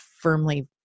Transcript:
firmly